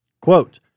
Quote